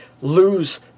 lose